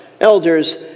elders